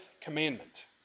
commandment